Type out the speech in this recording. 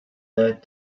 that